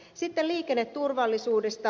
sitten liikenneturvallisuudesta